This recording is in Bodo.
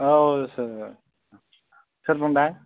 औ सोर मोनलाय